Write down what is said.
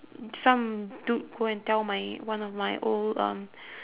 some dude go and tell my one of my old um